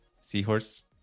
Seahorse